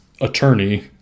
attorney